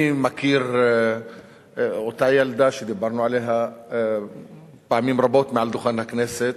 אני מכיר את אותה ילדה שדיברנו עליה פעמים רבות מעל דוכן הכנסת,